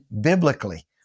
biblically